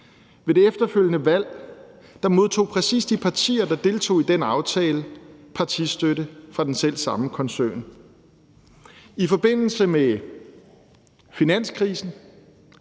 Ved det efterfølgende valg modtog præcis de partier, der deltog i den aftale, partistøtte fra den selv samme koncern. I forbindelse med finanskrisen